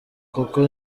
kuko